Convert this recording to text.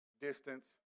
distance